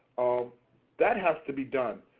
um that has to be done.